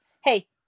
Hey